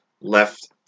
left